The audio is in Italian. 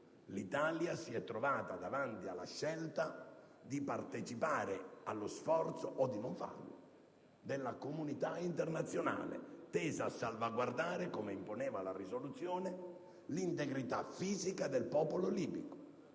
l'Italia si è trovata davanti alla scelta di partecipare o meno allo sforzo della comunità internazionale teso a salvaguardare, come imponeva la risoluzione, l'integrità fisica del popolo libico.